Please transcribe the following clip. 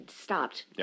stopped